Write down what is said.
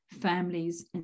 families